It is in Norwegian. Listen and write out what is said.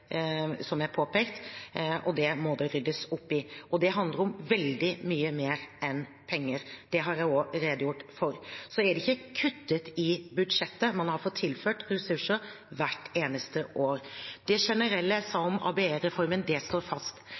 som er påpekt, og det må det ryddes opp i. Det handler om veldig mye mer enn penger, og det har jeg også redegjort for. Så er det ikke kuttet i budsjettet – man har fått tilført ressurser hvert eneste år. Det generelle jeg sa om ABE-reformen, står fast.